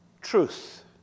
truth